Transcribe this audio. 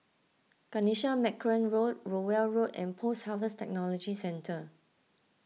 Kanisha Marican Road Rowell Road and Post Harvest Technology Centre